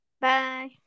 Bye